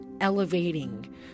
elevating